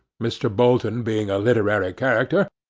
mr. bolton being a literary character,